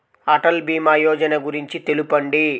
అటల్ భీమా యోజన గురించి తెలుపండి?